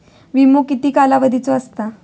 विमो किती कालावधीचो असता?